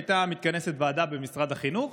הייתה מתכנסת ועדה במשרד החינוך,